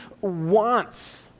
wants